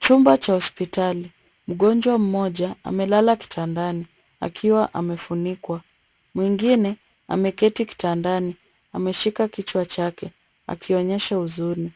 Chumba cha hospitali. Mgonjwa mmoja amelala kitandani akiwa amefunikwa. Mwingine ameketi kitandani. Ameshika kichwa chake akionyesha huzuni.